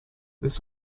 this